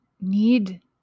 need